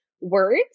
words